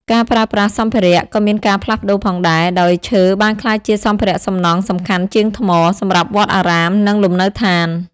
ការប្រើប្រាស់សម្ភារៈក៏មានការផ្លាស់ប្តូរផងដែរ ដោយឈើបានក្លាយជាសម្ភារៈសំណង់សំខាន់ជាងថ្ម សម្រាប់វត្តអារាម និងលំនៅឋាន។